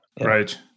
Right